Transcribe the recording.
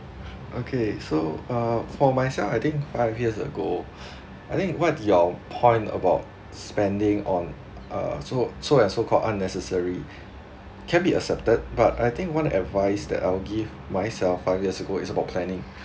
okay so uh for myself I think five years ago I think what your point about spending on uh so so and so called unnecessary can be accepted but I think one advice that I will give myself five years ago is about planning